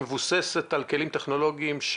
שמבוססת על כלים טכנולוגיים,